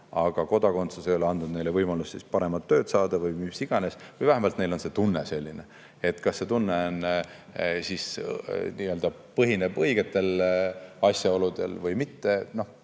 aga kodakondsus ei ole andnud neile võimalust paremat tööd saada või mis iganes, või vähemalt neil on selline tunne. Kas see tunne põhineb õigetel asjaoludel või mitte